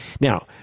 Now